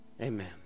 amen